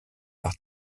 par